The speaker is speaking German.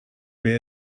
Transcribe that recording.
wer